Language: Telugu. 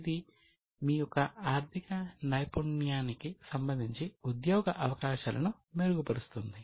ఇది మీ యొక్క ఆర్థిక నైపుణ్యానికి సంబంధించి ఉద్యోగ అవకాశాలను మెరుగుపరుస్తుంది